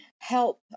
help